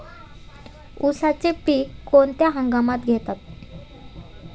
उसाचे पीक कोणत्या हंगामात घेतात?